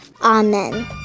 Amen